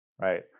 right